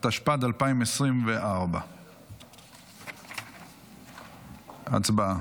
התשפ"ד 2024. הצבעה.